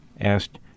asked